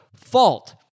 fault